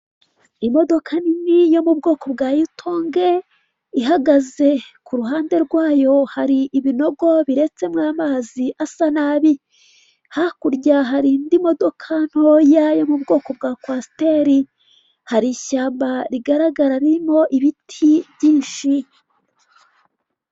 Imodoka nini yo mu bwoko bwa yutonge, ihagaze. Ku ruhande rwayo hari ibinogo biretsemo amazi asa nabi. Hakurya hari indi modoka ntoya yo mu bwoko bwa kwasiteri. Hari ishyamba rigaragara ririmo ibiti byinshi.